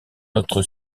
notre